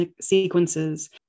sequences